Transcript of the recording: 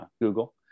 Google